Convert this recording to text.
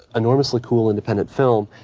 enormously cool independent film,